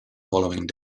following